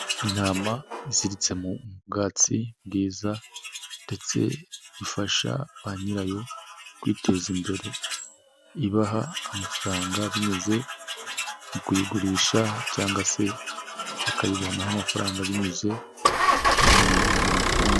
Intama iziritse mu bwatsi bwiza ndetse ifasha ba nyirayo kwiteza imbere, ibaha amafaranga binyuze mu kuyigurisha cyangwa se bakayibonaho amafaranga binyuze ifumbire.